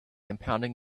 impounding